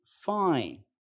fine